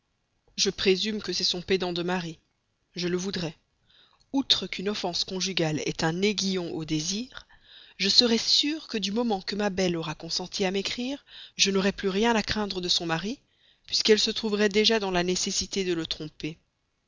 je présume que c'est son pédant de mari je le voudrais outre qu'une défense conjugale est un aiguillon au désir je serais sûre que du moment qu'elle aura consenti à m'écrire je n'aurais plus rien à craindre de ce côté puisqu'elle se trouverait déjà dans la nécessité de le tromper